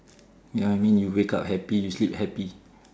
you know what I mean you wake up happy you sleep happy